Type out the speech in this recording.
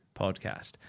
podcast